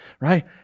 right